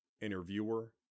Interviewer